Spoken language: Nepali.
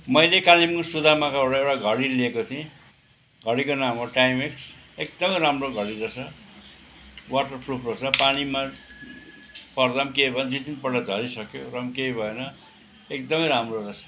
मैले कालिम्पोङ सुदामाकोबाट एउटा घडी लिएको थिएँ घडीको नाम हो टाइमेक्स् एकदमै राम्रो घडी रहेछ वाटर प्रुफ रहेछ पानीमा पर्दा पनि केही भएन दुई तिनपल्ट झरिसक्यो र पनि केही भएन एकदमै राम्रो रहेछ